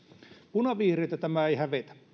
punavihreitä tämä ei hävetä